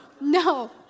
no